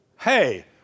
hey